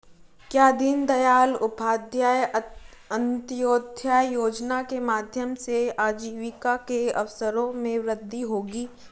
क्या दीन दयाल उपाध्याय अंत्योदय योजना के माध्यम से आजीविका के अवसरों में वृद्धि होगी?